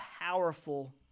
powerful